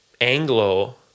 Anglo